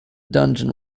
dungeon